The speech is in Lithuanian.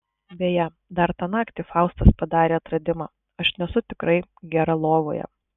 beje dar tą naktį faustas padarė atradimą aš nesu tikrai gera lovoje